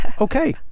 okay